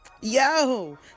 Yo